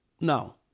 no